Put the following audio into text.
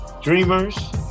Dreamers